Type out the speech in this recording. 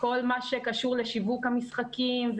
כל מה שקשור לשיווק המשחקים,